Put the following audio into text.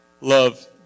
love